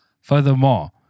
Furthermore